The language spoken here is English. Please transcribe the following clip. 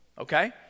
Okay